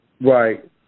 Right